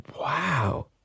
Wow